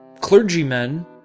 clergymen